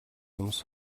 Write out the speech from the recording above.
юмс